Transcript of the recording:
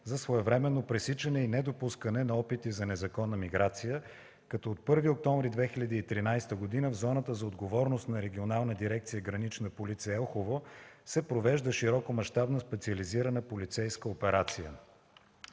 за своевременно пресичане и недопускане на опити за незаконна миграция, като от 1 октомври 2013 г. в зоната за отговорност на Регионална дирекция „Гранична полиция” – Елхово, се провежда широкомащабна специализирана полицейска операция.